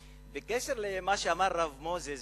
בקשר למה שאמר הרב מוזס,